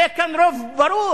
יהיה כאן רוב ברור